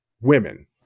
women